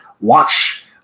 watch